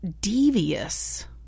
devious